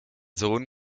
sohn